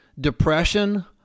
depression